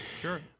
Sure